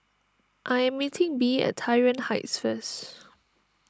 I am meeting Bee at Tai Yuan Heights first